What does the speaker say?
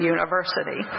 University